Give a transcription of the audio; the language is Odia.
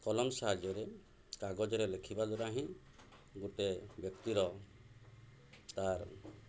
କଲମ ସାହାଯ୍ୟରେ କାଗଜରେ ଲେଖିବା ଦ୍ୱାରା ହିଁ ଗୋଟେ ବ୍ୟକ୍ତିର ତାର